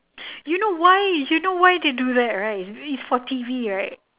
you know why you know why they do that right it it's for T_V right